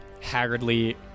haggardly